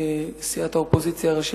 כסיעת האופוזיציה הראשית,